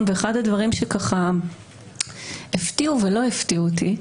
ואחד הדברים שהפתיעו ולא הפתיעו אותי,